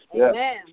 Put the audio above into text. Amen